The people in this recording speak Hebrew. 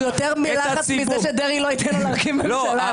הוא יותר בלחץ מזה שדרעי לא ייתן לו להקים ממשלה,